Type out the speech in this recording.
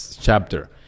chapter